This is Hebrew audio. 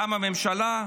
קמה ממשלה,